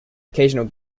occasional